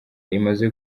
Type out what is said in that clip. imaze